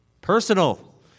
personal